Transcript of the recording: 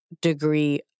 degree